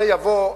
והמשבר הזה יבוא,